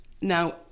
now